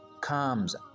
comes